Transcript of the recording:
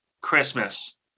Christmas